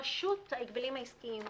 רשות ההגבלים העסקיים,